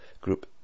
group